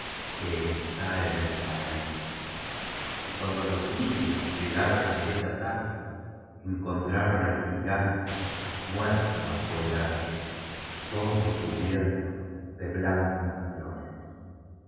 está en el paraíso y cuando los niños llegaron aquella tarde encontraron al gigante muerto bajo el árbol todo cubierto de blancas llores